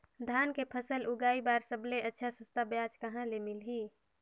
धान के फसल उगाई बार सबले अच्छा सस्ता ब्याज कहा ले मिलही?